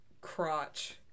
crotch